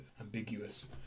ambiguous